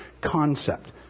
concept